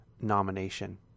nomination